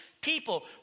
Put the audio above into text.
people